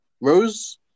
Rose